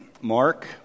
Mark